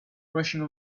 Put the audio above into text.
rushing